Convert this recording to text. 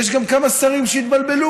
יש גם כמה שרים שהתבלבלו